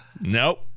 Nope